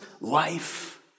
life